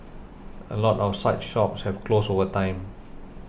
a lot of such shops have closed over time